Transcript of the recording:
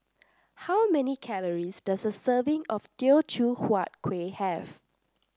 how many calories does a serving of Teochew Huat Kuih have